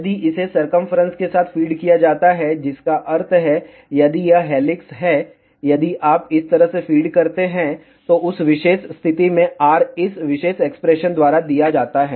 यदि इसे सरकमफेरेंस के साथ फीड किया जाता है जिसका अर्थ है यदि यह हेलिक्स है यदि आप इस तरह से फीड करते हैं तो उस विशेष स्थिति में R इस विशेष एक्सप्रेशन द्वारा दिया जाता है